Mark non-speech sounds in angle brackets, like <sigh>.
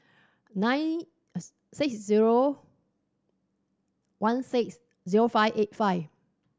nine <hesitation> six zero one six zero five eight five